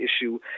issue